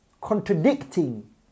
contradicting